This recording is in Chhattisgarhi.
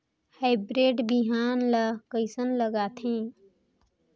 हाईब्रिड बिहान ला कइसन लगाथे?